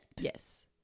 yes